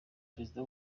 perezida